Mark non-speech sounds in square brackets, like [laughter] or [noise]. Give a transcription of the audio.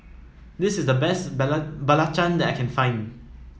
this is the best [unintelligible] Belacan that I can find